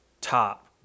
top